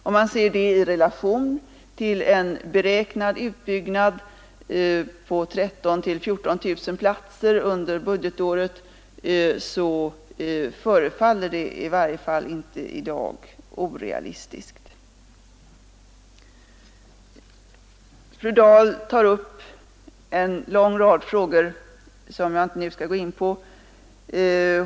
Om man ser siffran i relation till en beräknad utbyggnad med 13 000 å 14 000 platser under budgetåret, så förefaller beräkningen i varje fall inte i dag orealistisk. Fru Dahl tog upp ytterligare en lång rad frågor, som jag inte nu skall gå in på.